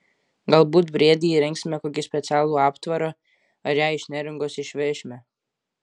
galbūt briedei įrengsime kokį specialų aptvarą ar ją iš neringos išvešime